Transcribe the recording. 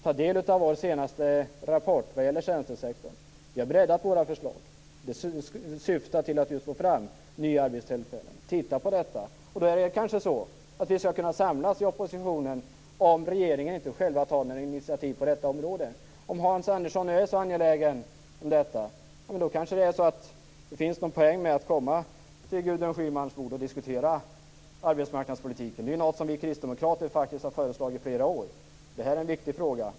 Ta del av vår senaste rapport om tjänstesektorn! Vi har breddat våra förslag i syfte att få fram fler arbetstillfällen. Vi i oppositionen kan kanske samlas om regeringen inte tar något initiativ på detta område, om nu Hans Anderson är så angelägen. Då kan det finnas en poäng med att komma till Gudrun Schymans bord och diskutera arbetsmarknadspolitiken. Det är ju någonting som vi kristdemokrater har föreslagit i flera år. Det här är en viktig fråga.